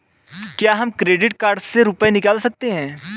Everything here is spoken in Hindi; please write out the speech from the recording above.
क्या हम क्रेडिट कार्ड से रुपये निकाल सकते हैं?